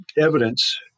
evidence